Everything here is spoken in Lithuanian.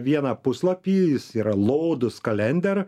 vieną puslapį jis yra lodus kalender